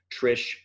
trish